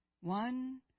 One